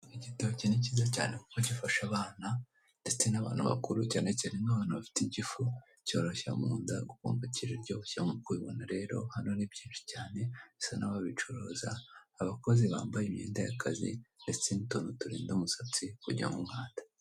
Igitoki ni kiza cyane akuko gifasha abana ndetse n'abantu bakuru bakozi cyana cyane abarwaye igifu cyorosha mu nda kuko nk'uko muri kubibona rero abakozi kubicuruza bambaye imyenda y'akazi ndetse n'utuntu turinda umusatsi kujyamo umwanda.